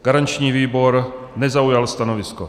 Garanční výbor nezaujal stanovisko.